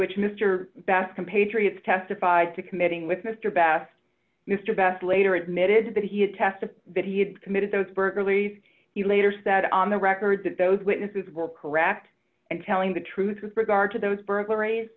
which mr best compatriots testified to committing with mr best mr best later admitted that he had testified that he had committed those burglaries he later said on the record that those witnesses were correct and telling the truth with regard to those burglaries